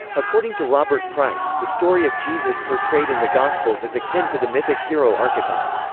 according to robert price, the story of jesus portrayed in the gospels is akin to the mythic hero archetype.